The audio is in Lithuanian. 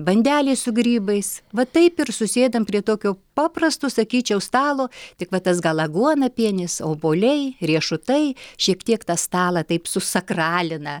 bandelės su grybais va taip ir susėdam prie tokio paprasto sakyčiau stalo tik va tas gal aguonapienis obuoliai riešutai šiek tiek tą stalą taip susakralina